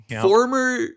former